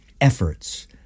efforts